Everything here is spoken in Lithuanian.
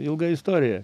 ilga istorija